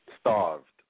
Starved